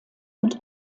und